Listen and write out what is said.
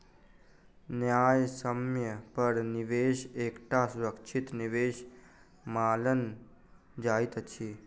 न्यायसम्य पर निवेश एकटा सुरक्षित निवेश मानल जाइत अछि